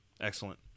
Excellent